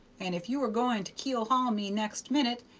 and if you were goin' to keel-haul me next minute,